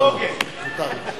מותר לו.